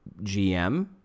GM